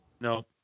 No